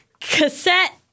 Cassette